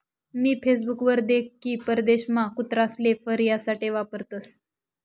मी Facebook वर देख की परदेशमा कुत्रासले फर यासाठे वापरतसं